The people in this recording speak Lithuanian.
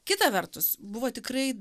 kita vertus buvo tikrai